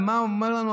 ומה הוא אומר לנו?